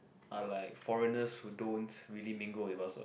are like foreigners who don't really mingle with us what